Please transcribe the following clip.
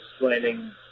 explaining